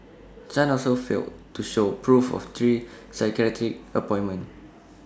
chan also failed to show proof of three psychiatric appointments